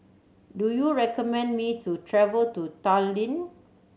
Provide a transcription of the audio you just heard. do you recommend me to travel to Tallinn